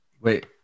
Wait